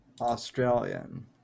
Australian